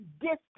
distance